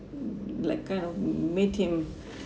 like kind of made him